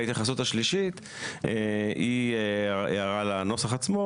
ההתייחסות השלישית היא הערה לנוסח עצמו,